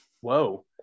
Whoa